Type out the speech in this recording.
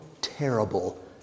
terrible